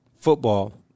football